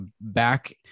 back